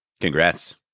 Congrats